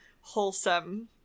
wholesome